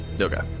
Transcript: Okay